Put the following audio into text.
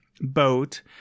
boat